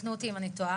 תקנו אותי אם אני טועה,